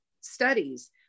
studies